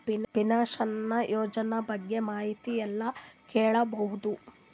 Pension ಯೋಜನ ಬಗ್ಗೆ ಮಾಹಿತಿ ಎಲ್ಲ ಕೇಳಬಹುದು?